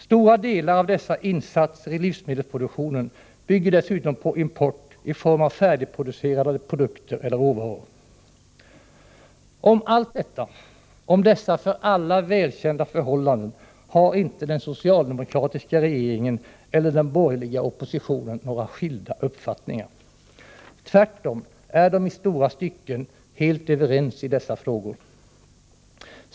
Stora delar av dessa insatser i livsmedelsproduktionen bygger dessutom på import i form av färdigproducerade produkter eller råvaror. Om allt detta, om dessa för alla välkända förhållanden, har inte den socialdemokratiska regeringen eller den borgerliga oppositionen några skilda uppfattningar. Tvärtom är de i stora stycken helt överens i dessa frågor.